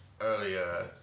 earlier